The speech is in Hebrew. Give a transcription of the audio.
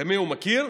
במי הוא מכיר?